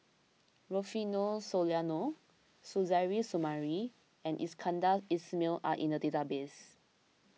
Rufino Soliano Suzairhe Sumari and Iskandar Ismail are in the database